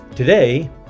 Today